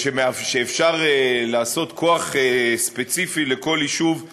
שאפשר לעשות כוח ספציפי לכל יישוב עירוני.